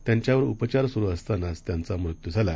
त्यांच्यावरउपचारसुरूअसतानाचत्यांचामृत्यूझाला